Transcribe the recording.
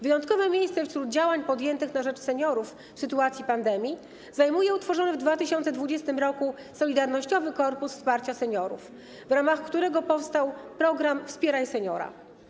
Wyjątkowe miejsce wśród działań podjętych na rzecz seniorów w sytuacji pandemii zajmuje utworzony w 2020 r. Solidarnościowy Korpus Wsparcia Seniorów, w ramach którego powstał program ˝Wspieraj Seniora˝